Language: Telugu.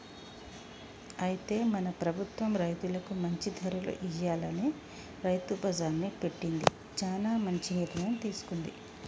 అయితే మన ప్రభుత్వం రైతులకు మంచి ధరలు ఇయ్యాలని రైతు బజార్ని పెట్టింది చానా మంచి నిర్ణయం తీసుకుంది